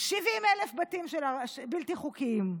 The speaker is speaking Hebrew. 70,000 בתים בלתי חוקיים.